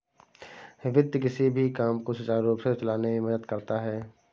वित्त किसी भी काम को सुचारू रूप से चलाने में मदद करता है